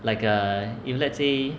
like uh if let's say